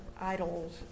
idols